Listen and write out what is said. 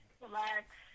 relax